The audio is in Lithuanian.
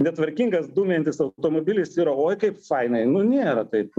netvarkingas dumiantis automobilis yra oi kaip fainai nu nėra taip